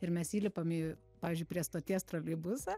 ir mes įlipam į pavyzdžiui prie stoties troleibusą